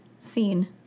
scene